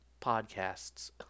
podcasts